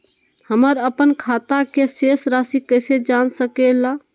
हमर अपन खाता के शेष रासि कैसे जान सके ला?